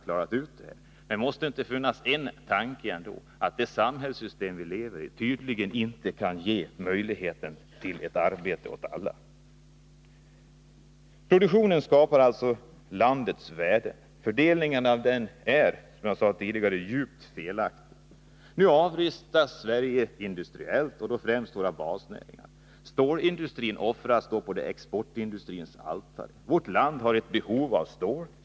Måste det ändå inte finnas en tanke om att det samhällssystem vi lever i tydligen inte kan ge möjlighet till arbete åt alla? Produktionen skapar alltså landets värden. Fördelningen av dessa är, som jag sade tidigare, djupt felaktig. Nu avrustas Sverige industriellt, och då främst våra basnäringar. Stålindustrin offras på exportindustrins altare. Vårt land har ett eget behov av stål.